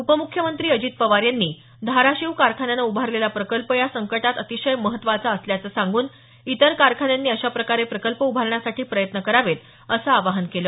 उपमुख्यमंत्री अजित पवार यांनी धाराशिव कारखान्यानं उभारलेला प्रकल्प या संकटात अतिशय महत्त्वाचा असल्याचं सांगून इतर कारखान्यांनी अशा प्रकारे प्रकल्प उभारण्यासाठी प्रयत्न करावेत असं आवाहन केलं